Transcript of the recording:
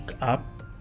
up